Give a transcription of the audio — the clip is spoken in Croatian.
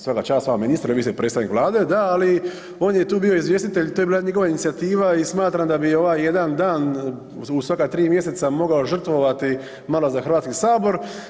Svaka čast vama ministre, vi ste predstavnik Vlade da, ali on je tu bio izvjestitelj, to je bila njegova inicijativa i smatram da bi ovaj jedan dan u svaka tri mjeseca mogao žrtvovati malo za Hrvatski sabor.